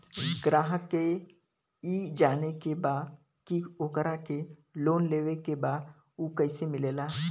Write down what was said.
ग्राहक के ई जाने के बा की ओकरा के लोन लेवे के बा ऊ कैसे मिलेला?